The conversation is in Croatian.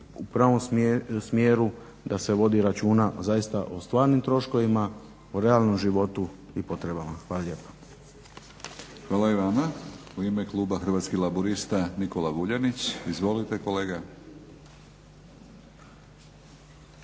u pravom smjeru da se vodi računa zaista o stvarnim troškovima, o realnom životu i potrebama. Hvala lijepo. **Batinić, Milorad (HNS)** Hvala i vama. U ime kluba Hrvatskih laburista Nikola Vuljanić. Izvolite kolega.